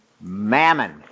mammon